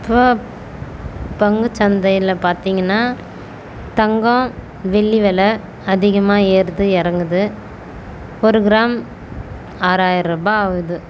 இப்போது பங்குச் சந்தையில பார்த்தீங்கன்னா தங்கம் வெள்ளி வெலை அதிகமாக ஏறுது இறங்குது ஒரு கிராம் ஆறாயிரம் ரூபாய் ஆகுது